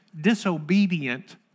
disobedient